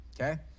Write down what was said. okay